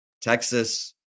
Texas